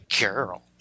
girl